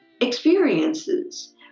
experiences